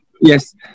yes